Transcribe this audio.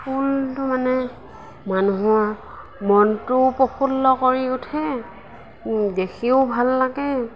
ফুলটো মানে মানুহৰ মনটোও প্ৰফুল্ল কৰি উঠে দেখিও ভাল লাগে